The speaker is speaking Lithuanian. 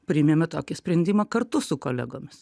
priėmėme tokį sprendimą kartu su kolegomis